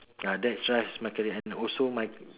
ah that drives my career and also my